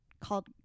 called